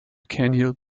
canal